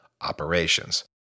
operations